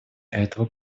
этого